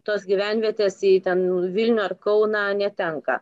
tos gyvenvietės į ten vilnių ar kauną netenka